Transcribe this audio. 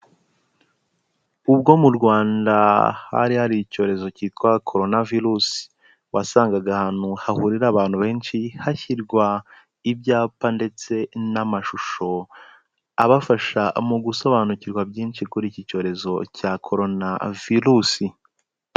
Ubwo mu Rwanda hari hari icyorezo cyitwa Coron Virus, wasangaga ahantu hahurira abantu benshi hashyirwa ibyapa ndetse n'amashusho abafasha mu gusobanukirwa byinshi kuri iki cyorezo cya Coron Virus.